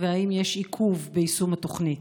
5. האם יש עיכוב ביישום התוכנית?